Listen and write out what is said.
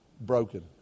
broken